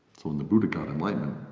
so, when the buddha got enlightenment,